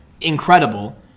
incredible